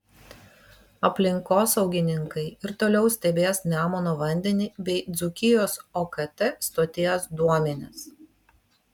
aplinkosaugininkai ir toliau stebės nemuno vandenį bei dzūkijos okt stoties duomenis